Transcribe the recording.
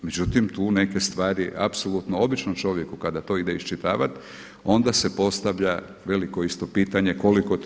Međutim, tu neke stvari apsolutno, obično čovjek kada to ide iščitavat onda se postavlja veliko isto pitanje koliko je to